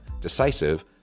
decisive